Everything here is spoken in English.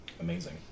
Amazing